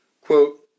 Quote